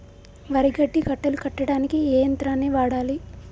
వరి గడ్డి కట్టలు కట్టడానికి ఏ యంత్రాన్ని వాడాలే?